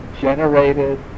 generated